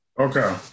Okay